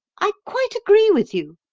i quite agree with you,